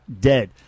dead